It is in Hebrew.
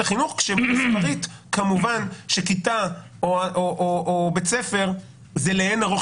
החינוך כשמספרית כמובן שכיתה או בית ספר זה לאין ערוך